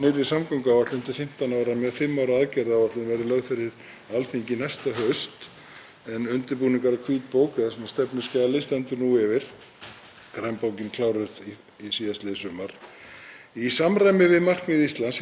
grænbókin var kláruð síðastliðið sumar. Í samræmi við markmið Íslands í loftslagsmálum og stjórnarsáttmála ríkisstjórnarinnar verður stefnt að því að nýjar ferjur verði knúnar öðrum orkugjöfum en jarðefnaeldsneyti.